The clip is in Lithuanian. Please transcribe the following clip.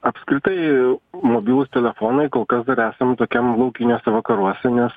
apskritai mobilūs telefonai kol kas dar esam tokiam laukiniuose vakaruose nes